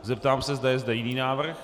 Zeptám se, zda je zde jiný návrh.